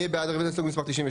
מי בעד רביזיה להסתייגות מספר 91?